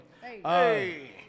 Hey